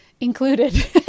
included